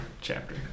chapter